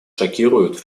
шокируют